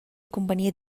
convenia